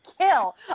kill